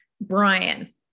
Brian